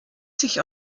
sich